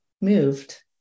moved